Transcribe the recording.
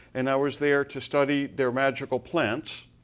and i was there to study their magical plants.